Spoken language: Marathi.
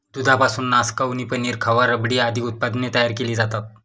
दुधापासून नासकवणी, पनीर, खवा, रबडी आदी उत्पादने तयार केली जातात